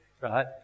right